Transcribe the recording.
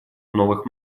новых